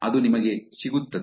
ಅದು ನಮಗೆ ಸಿಗುತ್ತದೆ